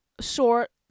short